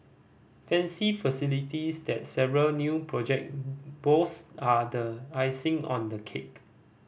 fancy facilities that several new project boast are the icing on the cake